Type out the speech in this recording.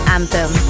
Anthem